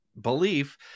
belief